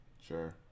Sure